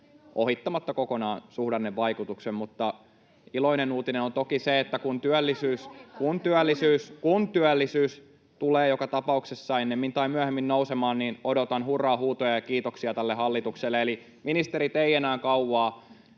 ohittamalla kokonaan suhdannevaikutuksen. Iloinen uutinen on toki se, että kun työllisyys tulee joka tapauksessa ennemmin tai myöhemmin nousemaan, odotan hurraahuutoja ja kiitoksia tälle hallitukselle. Eli, ministerit: Ei enää kauan.